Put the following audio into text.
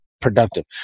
productive